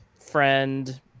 friend